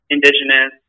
Indigenous